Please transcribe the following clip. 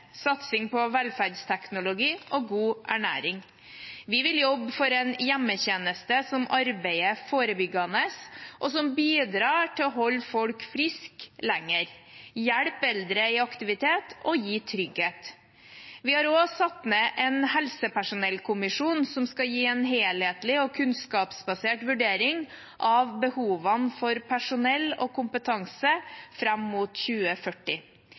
satsing på velferdsteknologi og god ernæring. Vi vil jobbe for en hjemmetjeneste som arbeider forebyggende, og som bidrar til å holde folk friske lenger, hjelpe eldre i aktivitet og gi trygghet. Vi har også satt ned en helsepersonellkommisjon, som skal gi en helhetlig og kunnskapsbasert vurdering av behovene for personell og kompetanse fram mot 2040.